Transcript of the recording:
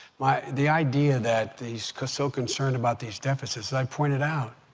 my the idea that these so concerned about these deficits, i pointed out,